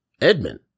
Edmund